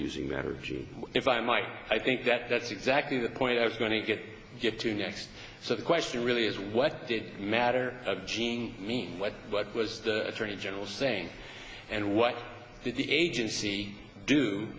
gee if i might i think that that's exactly the point i was going to get get to next so the question really is what did matter of gene mean what what was the attorney general saying and what did the agency do